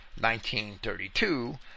1932